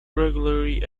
regularly